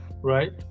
Right